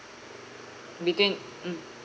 between mm